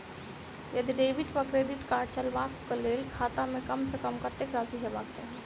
यदि डेबिट वा credit card चलबाक कऽ लेल खाता मे कम सऽ कम कत्तेक राशि हेबाक चाहि?